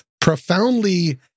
profoundly